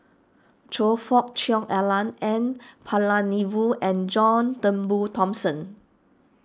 Choe Fook Cheong Alan N Palanivelu and John Turnbull Thomson